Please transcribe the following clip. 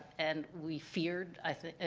and we feared, i think,